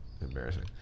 embarrassing